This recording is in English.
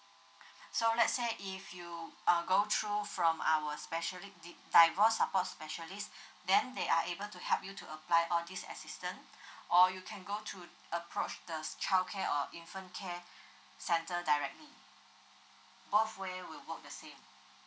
so let's say if you um go through from our specially divorce support specialist then they are able to help you to apply all these assistance or you can go to approach the childcare or infant care center directly both way will work the same